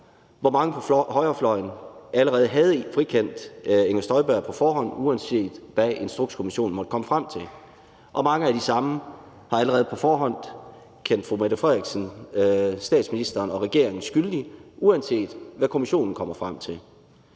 hvor mange på højrefløjen allerede på forhånd havde frikendt fru Inger Støjberg, uanset hvad Instrukskommissionen måtte komme frem til, og mange af de samme har allerede på forhånd kendt statsministeren og regeringen skyldig, uanset hvad kommissionen kommer frem til.